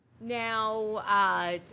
now